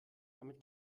damit